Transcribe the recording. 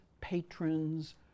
patrons